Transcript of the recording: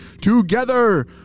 together